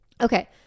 Okay